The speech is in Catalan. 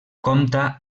compta